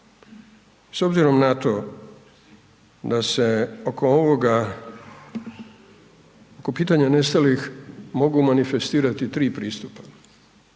S obzirom na to da se oko ovoga oko pitanja nestalih mogu manifestirati tri pristupa.